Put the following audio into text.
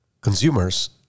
consumers